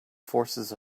forces